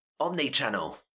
Omnichannel